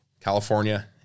California